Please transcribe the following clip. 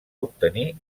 obtenir